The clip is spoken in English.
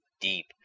deep